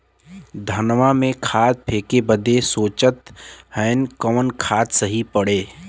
धनवा में खाद फेंके बदे सोचत हैन कवन खाद सही पड़े?